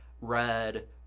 red